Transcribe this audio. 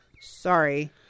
Sorry